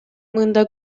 мында